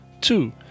Two